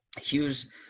Hughes